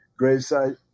gravesite